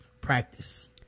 Practice